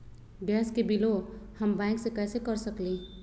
Gas के बिलों हम बैंक से कैसे कर सकली?